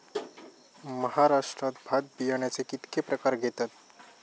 महाराष्ट्रात भात बियाण्याचे कीतके प्रकार घेतत?